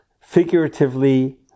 figuratively